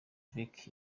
czech